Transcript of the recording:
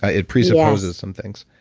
ah it presupposes some things.